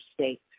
state